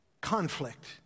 Conflict